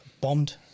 bombed